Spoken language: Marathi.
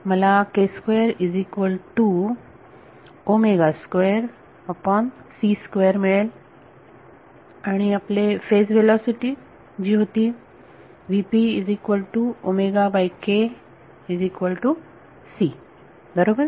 मला मिळेल ओके आणि आपले फेज व्हेलॉसिटी जी होती बरोबर